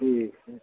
ठीक है